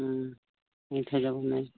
থৈ যাব নোৱাৰি